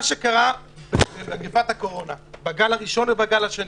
מה שקרה במגפת הקורונה בגל הראשון ובגל השני,